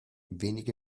wenige